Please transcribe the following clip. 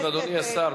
אדוני השר,